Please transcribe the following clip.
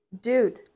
Dude